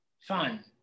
fun